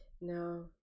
no